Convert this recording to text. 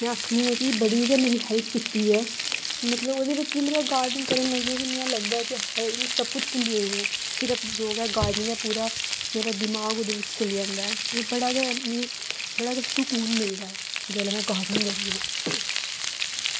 में आक्खनी आं की मेरी बड़ी गै जादा हेल्प कीती ऐ ते जेल्लै में गार्डनिंग करन लग्गी पेई ते इंया लगदा की में सबकुछ भुल्ली गेदी ऐ सिर्फ ओह् गार्डनिंग दा पूरा मेरा दिमाग उस्सरी जंदा ऐ मिगी बड़ा गै बड़ा गै सुकून मिलदा ऐ जेल्लै में गार्डनिंग करनी